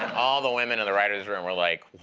all the women in the writers room were like,